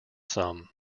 some